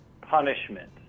punishment